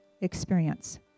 experience